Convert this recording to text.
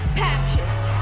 patches!